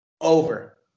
Over